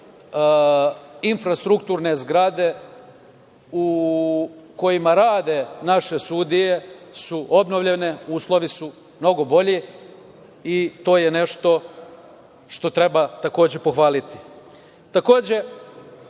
infrastrukturne zgrade u kojima rade naše sudije su obnovljene. Uslovi su mnogo bolji i to je nešto što treba takođe pohvaliti. Takođe,